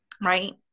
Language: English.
right